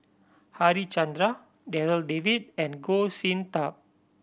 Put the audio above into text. Harichandra Darryl David and Goh Sin Tub